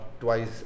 Twice